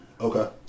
Okay